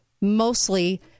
mostly